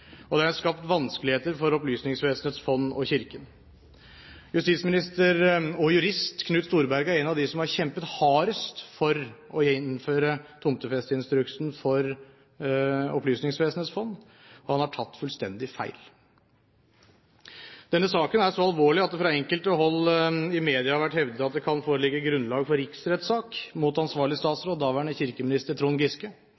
og det har skapt vanskeligheter for Opplysningsvesenets fond og for Kirken. Justisminister, og jurist, Knut Storberget er en av dem som har kjempet hardest for å innføre tomtefesteinstruksen for Opplysningsvesenets fond – og han har tatt fullstendig feil. Denne saken er så alvorlig at det fra enkelte hold i media har vært hevdet at det kan foreligge grunnlag for riksrettssak mot ansvarlig